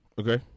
okay